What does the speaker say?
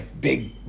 Big